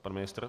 Pan ministr?